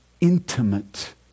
intimate